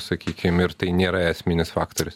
sakykim ir tai nėra esminis faktorius